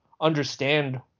understand